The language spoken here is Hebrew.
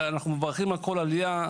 ואנחנו מברכים על כל גל עלייה,